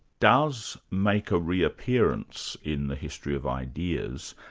does make a reappearance in the history of ideas,